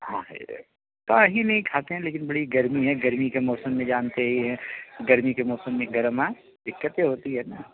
हाँ है का ही नहीं खाते हैं लेकिन बड़ी गर्मी है गर्मी के मौसम जानते ही हैं गर्मी के मौसम में गरमा दिक़्क़तें होती हैं ना